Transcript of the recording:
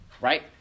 Right